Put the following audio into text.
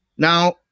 Now